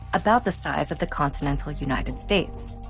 about the size of the continental united states.